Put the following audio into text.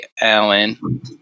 Alan